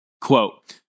quote